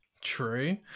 True